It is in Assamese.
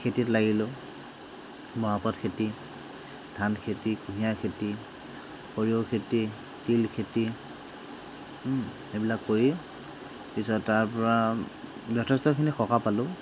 খেতিত লাগিলোঁ মৰাপাট খেতি ধান খেতি কুঁহিয়াৰ খেতি সৰিয়হ খেতি তিল খেতি সেইবিলাক কৰি পিছত তাৰপৰা যথেষ্টখিনি সকাহ পালোঁ